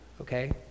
okay